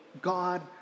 God